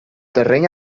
terreny